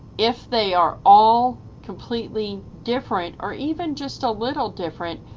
if they are all completely different or even just a little different,